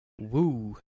woo